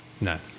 Nice